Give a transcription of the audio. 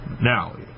Now